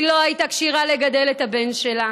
היא לא הייתה כשירה לגדל את הבן שלה.